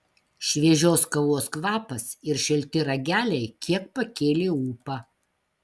šviežios kavos kvapas ir šilti rageliai kiek pakėlė ūpą